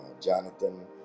Jonathan